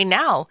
now